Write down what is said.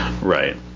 Right